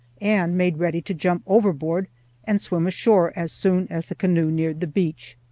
and made ready to jump overboard and swim ashore as soon as the canoe neared the beach.